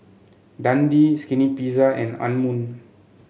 Dundee Skinny Pizza and Anmum